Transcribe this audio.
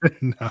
No